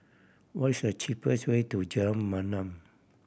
what is the cheapest way to Jalan Mamam